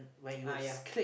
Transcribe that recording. ah ya